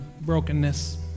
brokenness